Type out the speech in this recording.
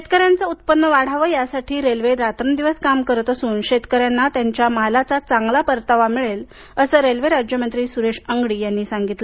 शेतकऱ्यांचे उत्पन्न वाढावे यासाठी रेल्वे रात्रंदिवस काम करत असून शेतकऱ्यांना त्यांच्या मालाचे चांगला परतावा मिळेल असं रेल्वेमंत्री राज्यमंत्री सुरेश अंगडी यांनी सांगितलं